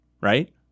right